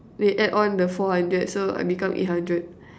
they add on the four hundred so I become eight hundred